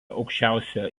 aukščiausioje